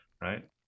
right